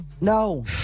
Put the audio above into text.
no